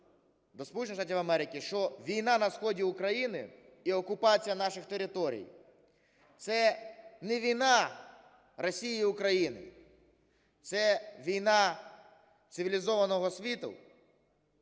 Сполучених Штатів Америки, що війна на сході України і окупація наших територій – це не війна Росії і України, це війна цивілізованого світу